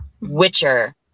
Witcher